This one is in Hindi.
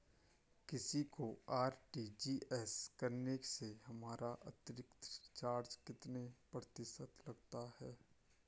किसी को आर.टी.जी.एस करने से हमारा अतिरिक्त चार्ज कितने प्रतिशत लगता है?